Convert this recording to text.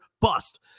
bust